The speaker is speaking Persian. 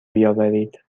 بیاورید